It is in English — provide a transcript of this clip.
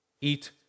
Eat